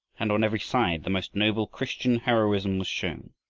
and on every side the most noble christian heroism was shown.